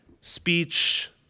speech